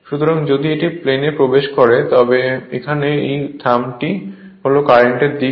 সুতরাং যদি এটি প্লেনে প্রবেশ করে তবে এখানে এই থাম্বটি হল কারেন্ট এর দিক হবে